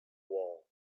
wall